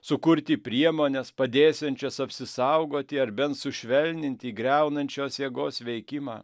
sukurti priemones padėsiančias apsisaugoti ar bent sušvelninti griaunančios jėgos veikimą